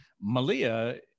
Malia